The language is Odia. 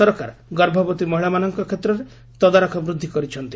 ସରକାର ଗର୍ଭବତୀ ମହିଳାମାନଙ୍କ କ୍ଷେତ୍ରରେ ତଦାରଖ ବୃଦ୍ଧି କରିଛନ୍ତି